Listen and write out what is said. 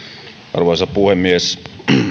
arvoisa puhemies uskon että